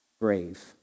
brave